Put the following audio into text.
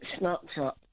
Snapchat